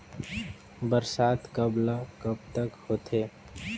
बरसात कब ल कब तक होथे?